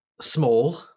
small